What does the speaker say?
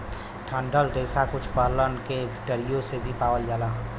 डंठल रेसा कुछ फलन के डरियो से भी पावल जाला